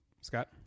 Scott